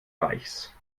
reichs